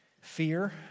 fear